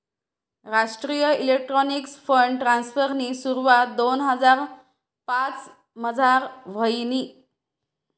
राष्ट्रीय electronics fund ट्रान्स्फरनी सुरवात दोन हजार पाचमझार व्हयनी